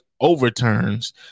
overturns